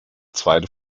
zweite